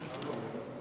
גברתי היושבת בראש,